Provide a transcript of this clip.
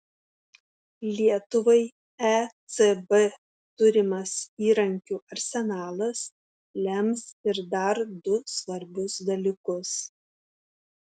lietuvai ecb turimas įrankių arsenalas lems ir dar du svarbius dalykus